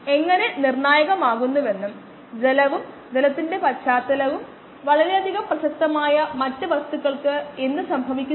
46 ന് ശേഷമുള്ള രണ്ട് അക്കങ്ങളിലേക്ക് ഞാൻ ഇവിടെ ഈ വലിയ സംഖ്യകൾ റൌണ്ട് ചെയ്യുന്നു